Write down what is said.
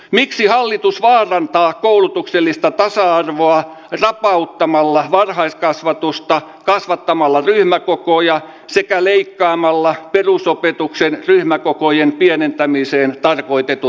miksi hallitus vaarantaa koulutuksellista tasa arvoa ja auttamalla varhaiskasvatusta kasvattamalla tyhmä pukuja sekä leikkaammalla perusopetuksen ryhmäkokojen pienentämiseen tarkoitettu